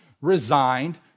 resigned